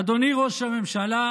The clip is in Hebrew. אדוני ראש הממשלה,